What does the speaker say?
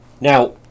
Now